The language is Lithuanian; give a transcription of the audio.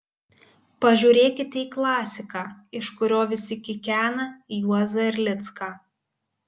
pažiūrėkite į klasiką iš kurio visi kikena juozą erlicką